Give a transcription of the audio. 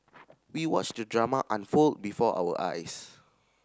we watched the drama unfold before our eyes